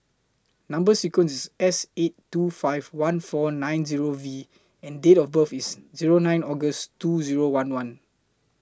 Number sequence IS S eight two five one four nine Zero V and Date of birth IS Zero nine August two Zero one one